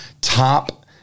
top